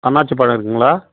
அன்னாசிப்பழம் இருக்குங்களா